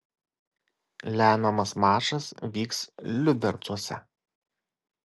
lemiamas mačas vyks liubercuose